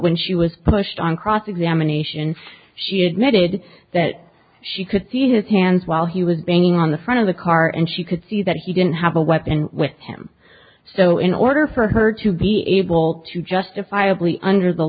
when she was pushed on cross examination she admitted that she could see his hands while he was banging on the front of the car and she could see that he didn't have a weapon with him so in order for her to be able to justifiably under the